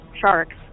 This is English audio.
sharks